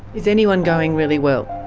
is anyone going really well?